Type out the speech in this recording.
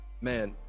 man